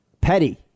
Petty